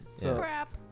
Crap